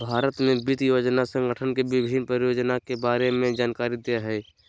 भारत में वित्त योजना संगठन के विभिन्न परियोजना के बारे में जानकारी दे हइ